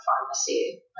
pharmacy